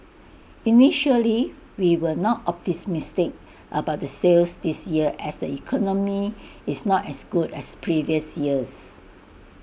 initially we were not optimistic about the sales this year as the economy is not as good as previous years